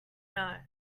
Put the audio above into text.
know